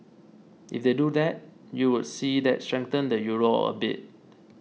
if they do that you would see that strengthen the Euro a bit